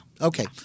Okay